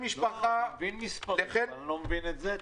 אני מבין מספרים אבל אני לא מבין את זה.